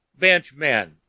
benchmen